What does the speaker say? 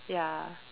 ya